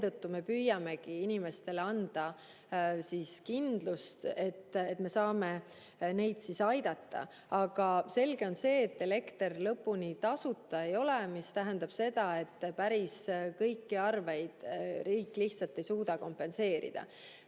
me püüamegi anda inimestele kindlust, et me saame neid aidata. Aga selge on see, et elekter lõpuni tasuta ei ole. See tähendab seda, et päris kõiki arveid riik lihtsalt ei suuda kompenseerida.